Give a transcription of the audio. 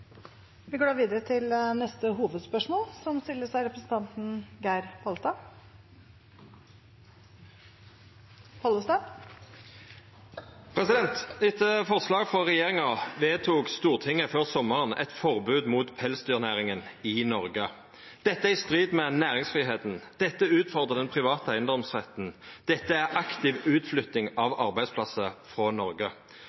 forslag frå regjeringa vedtok Stortinget før sommaren eit forbod mot pelsdyrnæringa i Noreg. Dette er i strid med næringsfridomen. Dette utfordrar den private eigedomsretten. Dette er aktiv utflytting av